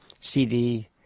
CD